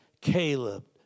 Caleb